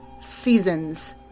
Seasons